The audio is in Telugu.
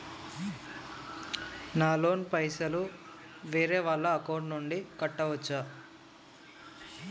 నా లోన్ పైసలు వేరే వాళ్ల అకౌంట్ నుండి కట్టచ్చా?